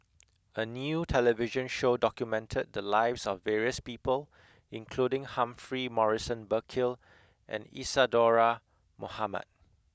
a new television show documented the lives of various people including Humphrey Morrison Burkill and Isadhora Mohamed